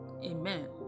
Amen